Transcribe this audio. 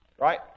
Right